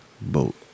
boat